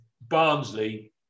Barnsley